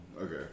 Okay